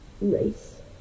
race